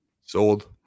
Sold